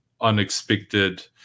unexpected